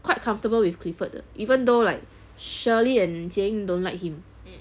quite comfortable with clifford 的 even though like shirley and jie ying don't like him